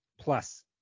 plus